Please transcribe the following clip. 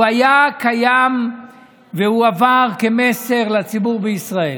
הוא היה קיים והוא עבר כמסר לציבור בישראל.